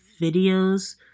videos